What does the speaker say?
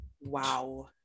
Wow